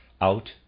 out